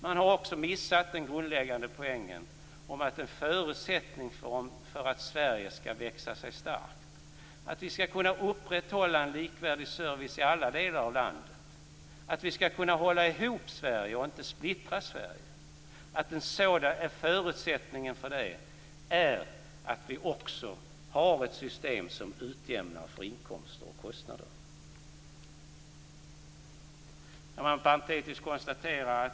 Man har också missat den grundläggande poängen att en förutsättning för att Sverige skall växa sig starkt, för att vi skall kunna upprätthålla en likvärdig service i alla delar av landet och för att vi skall kunna hålla ihop och inte splittra Sverige är att vi också har ett system som utjämnar inkomster och kostnader. Jag kan göra ett parentetiskt konstaterande.